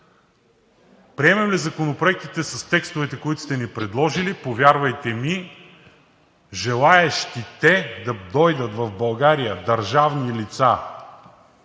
приемем ли законопроектите с текстовете, които сте ни предложили, повярвайте ми, желаещите да дойдат в България държавни лица